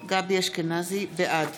אשכנזי, בעד